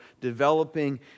developing